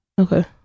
Okay